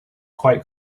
quite